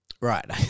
Right